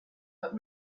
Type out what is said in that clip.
but